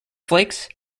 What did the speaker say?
flakes